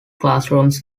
classrooms